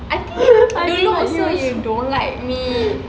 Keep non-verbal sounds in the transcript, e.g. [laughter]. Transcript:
I think [noise] also don't like me